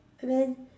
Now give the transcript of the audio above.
I mean